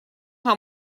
how